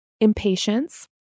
impatience